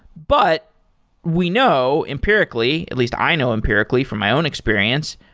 but we know, empirically, at least i know empirically from my own experience,